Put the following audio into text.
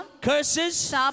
curses